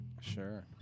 Sure